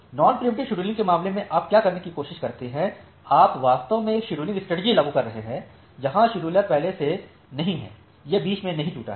non preemptive scheduling के मामले में आप क्या करने की कोशिश करते हैं आप वास्तव में एक शेड्यूलिंग स्ट्रेटेजी लागू कर रहे हैं जहां शेड्यूलर पहले से नहीं है या बीच में नहीं टूटा है